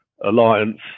alliance